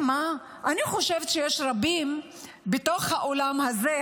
חושבת שיש רבים בתוך האולם הזה,